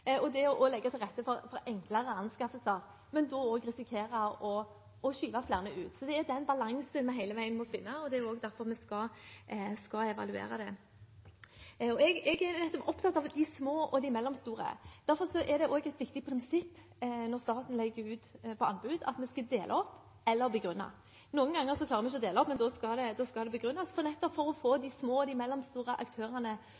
og det å legge til rette for enklere anskaffelser, men da også risikere å skyve flere ut. Det er den balansen vi hele veien må finne, og det er også derfor vi skal evaluere det. Jeg er opptatt av de små og de mellomstore, og derfor er det også et viktig prinsipp når staten legger ut på anbud, at vi skal dele opp eller begrunne. Noen ganger klarer vi ikke å dele opp, men da skal det begrunnes – nettopp for å få de små og mellomstore aktørene